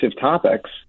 topics